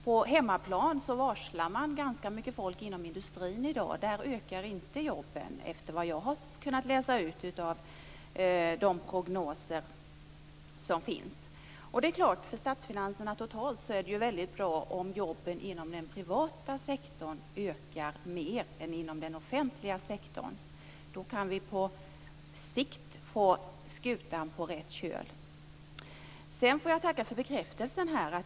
På hemmaplan varslar man ganska mycket folk inom industrin i dag. Där ökar inte antalet jobb, att döma av det jag har kunnat läsa ut av de prognoser som finns. För statsfinanserna totalt är det ju väldigt bra om antalet jobb inom den privata sektorn ökar mer än antalet jobb inom den offentliga sektorn. Då kan vi på sikt få skutan på rätt köl. Jag får tacka för bekräftelsen.